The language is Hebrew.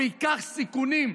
הוא ייקח סיכונים.